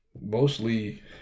mostly